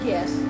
Yes